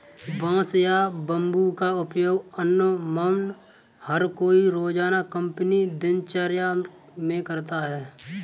बांस या बम्बू का उपयोग अमुमन हर कोई रोज़ाना अपनी दिनचर्या मे करता है